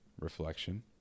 reflection